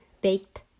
baked